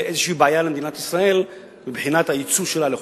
בעיה כלשהי למדינת ישראל מבחינת היצוא שלה לחו"ל.